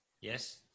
Yes